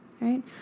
right